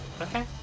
Okay